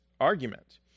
argument